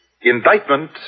Indictment